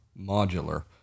Modular